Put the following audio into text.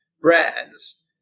brands